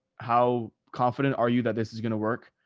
how confident are you that this is going to work?